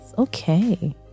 Okay